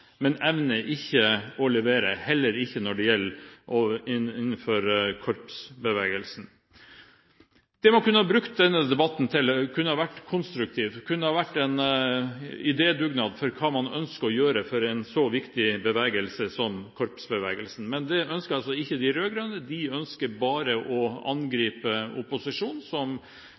men evner ikke å levere – heller ikke når det gjelder korpsbevegelsen. Denne debatten kunne ha vært konstruktiv. Dette kunne ha vært en idédugnad om hva man ønsker å gjøre for en så viktig bevegelse som korpsbevegelsen. Men det ønsker altså ikke de rød-grønne. De ønsker bare å angripe opposisjonen, som